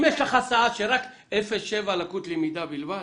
יש לך הסעה שרק 07 לקות למידה בלבד?